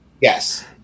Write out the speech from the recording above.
yes